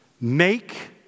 make